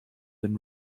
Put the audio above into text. and